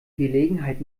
gelegenheit